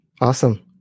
Awesome